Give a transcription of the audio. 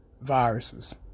viruses